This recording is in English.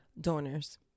donors